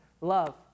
love